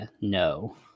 no